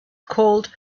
called